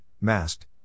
masked